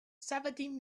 seventeen